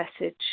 message